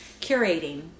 curating